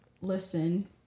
listen